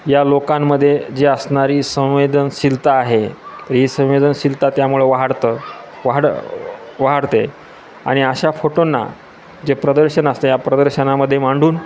या लोकांमध्ये जे असणारी संवेदनशीलता आहे ही संवेदनशीलता त्यामुळे वाढतं वाढं वाढते आणि अशा फोटोंना जे प्रदर्शन असतं या प्रदर्शनामध्ये मांडून